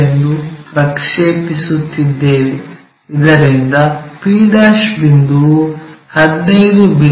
ಎಂದು ಪ್ರಕ್ಷೇಪಿಸುತ್ತಿದ್ದೇವೆ ಇದರಿಂದಾಗಿ p' ಬಿಂದುವು 15 ಮಿ